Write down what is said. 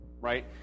right